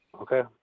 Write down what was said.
okay